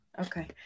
Okay